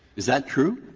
is that true?